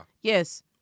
Yes